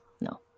no